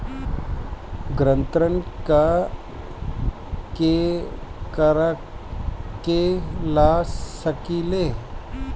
ग्रांतर ला केकरा के ला सकी ले?